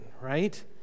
right